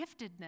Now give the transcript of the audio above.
giftedness